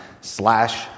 slash